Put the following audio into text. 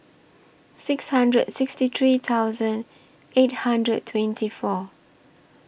six hundred sixty three thousand eight hundred twenty four